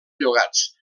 llogats